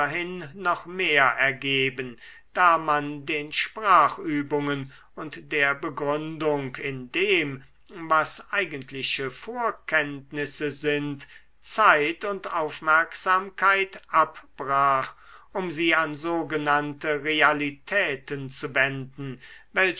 noch mehr ergeben da man den sprachübungen und der begründung in dem was eigentliche vorkenntnisse sind zeit und aufmerksamkeit abbrach um sie an sogenannte realitäten zu wenden